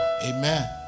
amen